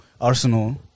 Arsenal